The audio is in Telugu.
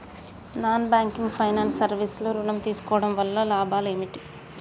నాన్ బ్యాంకింగ్ ఫైనాన్స్ సర్వీస్ లో ఋణం తీసుకోవడం వల్ల లాభాలు ఏమిటి?